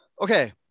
okay